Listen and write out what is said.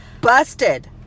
busted